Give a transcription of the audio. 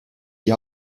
die